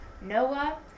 Noah